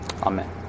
amen